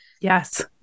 Yes